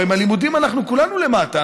הרי מהלימודים אנחנו כולנו למטה,